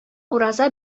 ураза